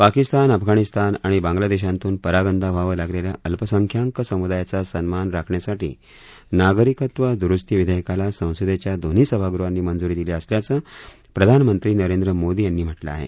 पाकिस्तान अफगाणिस्तान आणि बांग्लादेशांतून परागंदा व्हावं लागलेल्या अल्पसंख्याक सम्दायाचा सन्मान राखण्यासाठी नागरिकत्व दुरुस्ती विधेयकाला संसदेच्या दोन्ही संभागृहांनी मंजूरी दिली असल्याचं प्रधानमंत्री नरेंद्र मोदी यांनी म्हटलं आहे